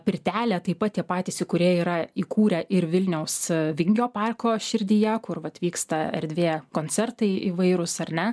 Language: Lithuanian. pirtelę taip pat tie patys įkūrėjai yra įkūrę ir vilniaus vingio parko širdyje kur vat vyksta erdvė koncertai įvairūs ar ne